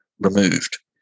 removed